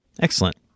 Excellent